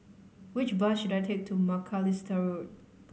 which bus should I take to Macalister Road